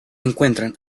encuentran